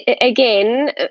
again